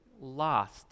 lost